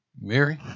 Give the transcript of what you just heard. Mary